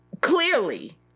Clearly